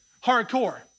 hardcore